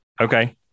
Okay